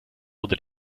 wurde